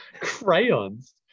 Crayons